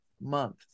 month